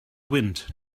wind